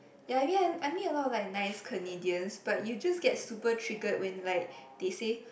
ya I meet I meet a lot of nice Canadians but you just get super triggered when like they say